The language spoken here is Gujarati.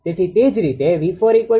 તેથી તે જ રીતે 𝑉4 𝑉3 − 𝐼3𝑍3 છે